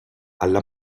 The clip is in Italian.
alla